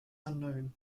unknown